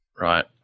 right